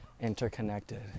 interconnected